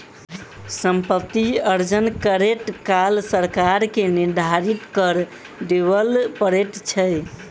सम्पति अर्जन करैत काल सरकार के निर्धारित कर देबअ पड़ैत छै